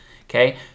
okay